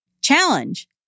Challenge